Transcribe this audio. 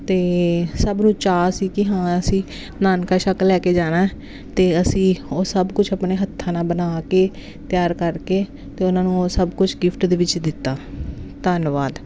ਅਤੇ ਸਭ ਨੂੰ ਚਾਅ ਸੀ ਕਿ ਹਾਂ ਅਸੀਂ ਨਾਨਕਾ ਸ਼ੱਕ ਲੈ ਕੇ ਜਾਣਾ ਅਤੇ ਅਸੀਂ ਉਹ ਸਭ ਕੁਝ ਆਪਣੇ ਹੱਥਾਂ ਨਾਲ ਬਣਾ ਕੇ ਤਿਆਰ ਕਰਕੇ ਅਤੇ ਉਹਨਾਂ ਨੂੰ ਉਹ ਸਭ ਕੁਝ ਗਿਫਟ ਦੇ ਵਿੱਚ ਦਿੱਤਾ ਧੰਨਵਾਦ